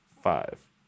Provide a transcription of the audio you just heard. Five